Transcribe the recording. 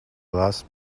last